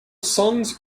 songs